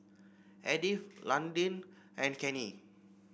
Edyth Londyn and Kenny